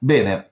Bene